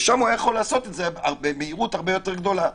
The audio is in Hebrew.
ושם היה יכול לעשות את זה במהירות הרבה יותר גדולה.